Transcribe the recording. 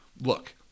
Look